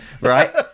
Right